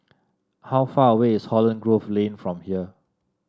how far away is Holland Grove Lane from here